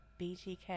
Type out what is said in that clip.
BTK